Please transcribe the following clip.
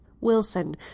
Wilson